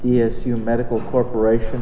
you medical corporation